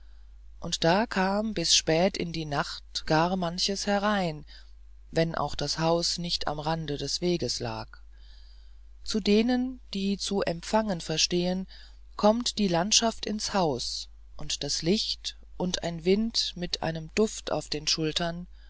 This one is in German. und da kam dann bis spät in die nacht gar manches herein wenn auch das haus nicht am rande des weges lag zu denen die zu empfangen verstehen kommt die landschaft ins haus und das licht und ein wind mit einem duft auf den schultern